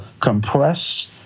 compressed